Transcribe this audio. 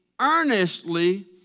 earnestly